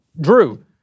Drew